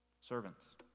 Servants